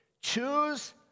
Choose